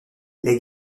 les